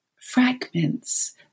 fragments